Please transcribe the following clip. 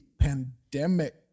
Pandemic